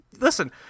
listen